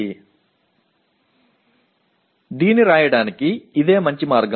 இதை எழுத இது சிறந்த வழியாகுமா